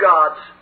God's